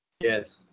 Yes